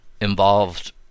involved